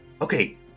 Okay